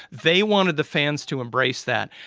they wanted the fans to embrace that.